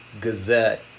Gazette